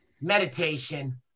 meditation